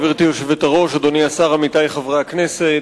גברתי היושבת-ראש, אדוני השר, עמיתי חברי הכנסת,